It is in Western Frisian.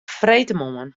freedtemoarn